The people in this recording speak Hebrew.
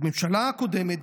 הממשלה הקודמת,